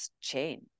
chain